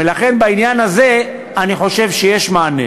ולכן בעניין הזה אני חושב שיש מענה.